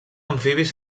amfibis